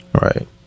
Right